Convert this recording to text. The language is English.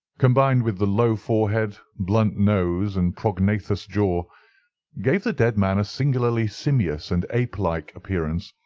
combined with the low forehead, blunt nose, and prognathous jaw gave the dead man a singularly simious and ape-like appearance,